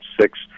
six